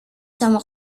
sama